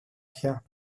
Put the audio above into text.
πια